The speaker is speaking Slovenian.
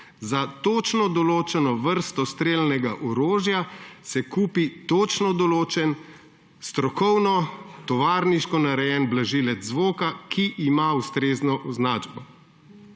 Za točno določeno vrsto strelnega orožja se kupi točno določen, strokovno, tovarniško narejen blažilec zvoka, ki ima ustrezno označbo.